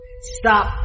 Stop